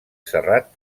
serrat